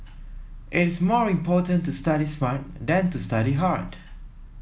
it is more important to study smart than to study hard